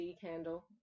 candle